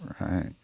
right